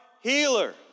healer